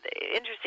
interesting